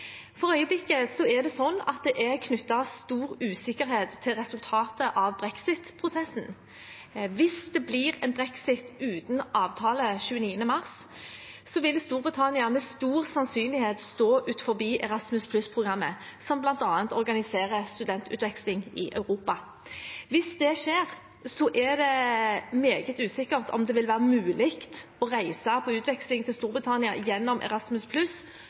For øyeblikket er det knyttet stor usikkerhet til resultatet av brexit-prosessen. Hvis det blir brexit uten avtale 29. mars, vil Storbritannia med stor sannsynlighet stå utenfor Erasmus+-programmet, som bl.a. organiserer studentutveksling i Europa. Hvis det skjer, er det meget usikkert om det vil være mulig å reise på utveksling til Storbritannia gjennom Erasmus+